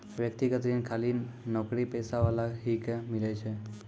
व्यक्तिगत ऋण खाली नौकरीपेशा वाला ही के मिलै छै?